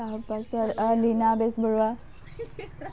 তাৰপাছত লীনা বেজবৰুৱা